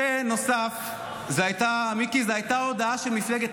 זו הכללה